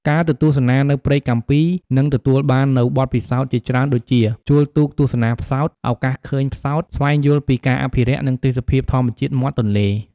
ការទៅទស្សនានៅព្រែកកាំពីនឹងទទួលបាននូវបទពិសោធន៍ជាច្រើនដូចជា ជួលទូកទស្សនាផ្សោត ឱកាសឃើញផ្សោត ស្វែងយល់ពីការអភិរក្ស នឹងទេសភាពធម្មជាតិមាត់ទន្លេ ។